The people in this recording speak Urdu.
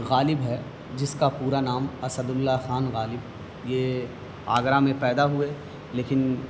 غالب ہے جس کا پورا نام اسد اللہ خان غالب یہ آگرہ میں پیدا ہوئے لیکن